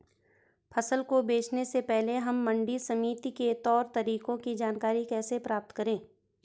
फसल को बेचने से पहले हम मंडी समिति के तौर तरीकों की जानकारी कैसे प्राप्त करें?